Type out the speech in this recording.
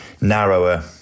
narrower